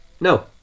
no